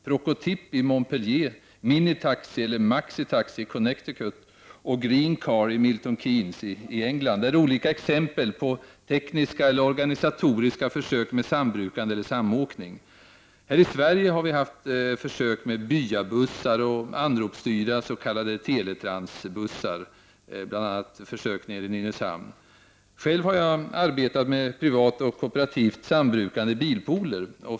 Procotip i Montpellier, Minnytaxi och Maxytaxi i Connecticut och GreenCar i Milton Keynes i England är exempel på olika tekniska eller organisatoriska försök med sambrukande eller samåkning. Här i Sverige har vi haft försök med byabussar och anropsstyrda s.k. Teletransbussar. Det har varit en försöksverksamhet bl.a. i Nynäshamn. Själv har jag arbetat med privat och kooperativt sambrukande i bilpooler.